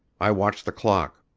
i watched the clock.